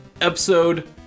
episode